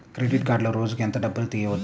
Credit కార్డులో రోజుకు ఎంత డబ్బులు తీయవచ్చు?